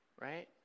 right